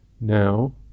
now